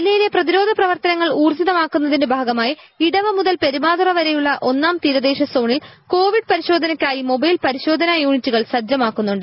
ജില്ലിയിലെ പ്രതിരോധ പ്രവർത്തനങ്ങൾ ഊർജ്ജിതമാക്കുന്നതിന്റെ ഭാഗമായി ഇടവ മുതൽ പെരുമാതുറ വരെയുള്ള ഒന്നാം തൂീര്ദ്ദേശ് സോണിൽ കോവിഡ് പരിശോധനയ്ക്കായി മൊബ്രൈൽ പരിശോധനാ യൂണിറ്റുകൾ സജ്ജമാക്കുന്നുണ്ട്